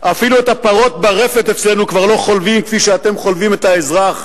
אפילו את הפרות ברפת אצלנו כבר לא חולבים כפי שאתם חולבים את האזרח.